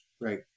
Right